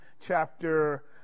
chapter